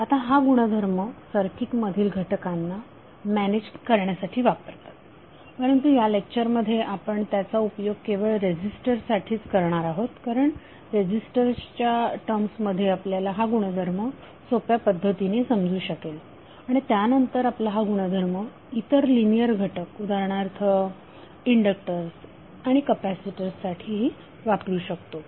आता हा गुणधर्म सर्किट मधील घटकांना मॅनेज करण्यासाठी वापरतात परंतु या लेक्चरमध्ये आपण त्याचा उपयोग केवळ रेझीस्टर साठीच करणार आहोत कारण रेझीस्टरच्या टर्म्समध्ये आपल्याला हा गुणधर्म सोप्या पद्धतीने समजू शकेल आणि त्यानंतर आपण हा गुणधर्म इतर लिनियर घटक उदाहरणार्थ इंडक्टर्स आणि कपॅसिटर्स साठी वापरू शकतो